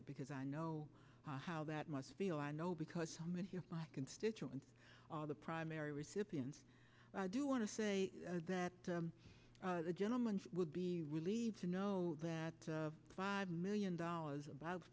at because i know how that must feel i know because so many of my constituents are the primary recipients i do want to say that the gentleman's would be relieved to know that five million dollars abo